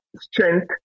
strength